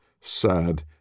sad